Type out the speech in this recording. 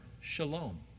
shalom